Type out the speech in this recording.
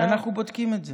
אנחנו בודקים את זה.